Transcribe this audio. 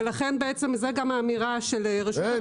ולכן בעצם זו גם האמירה של רשות הטבע והגנים.